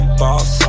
boss